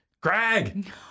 Craig